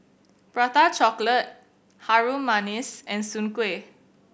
Prata Chocolate Harum Manis and Soon Kuih